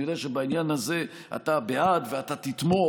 אני יודע שבעניין הזה אתה בעד ואתה תתמוך,